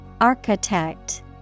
Architect